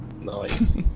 Nice